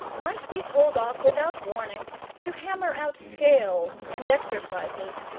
might be told off without warning to hammer out scales and exercises,